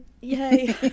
Yay